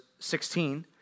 16